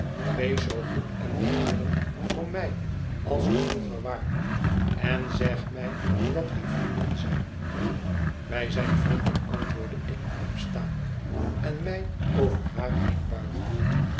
wees zoo goed en welwillend voor mij als ge vroeger waart en zeg mij dat wij vrienden zijn wij zijn vrienden antwoordde ikopstaande en mij over haar heen buigende